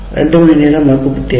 2 மணி நேரம் வகுப்புக்கு தேவை